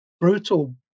brutal